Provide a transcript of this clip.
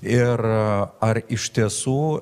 ir ar iš tiesų